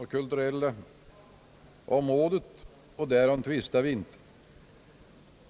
det kulturella området. Därom tvistar vi alltså inte.